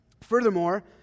Furthermore